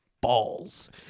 balls